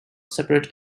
separate